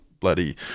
bloody